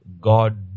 God